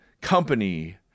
company